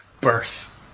birth